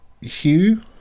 hue